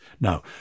Now